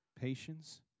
patience